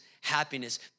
happiness